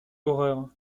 horreur